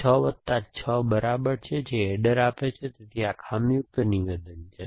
6 વત્તા 6 બરાબર છે જે એડર આપે છે તેથી આ ખામી યુક્ત નિવેદન છે